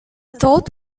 thought